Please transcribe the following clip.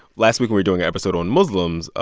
last week, we were doing an episode on muslims.